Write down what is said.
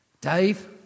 Dave